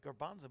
garbanzo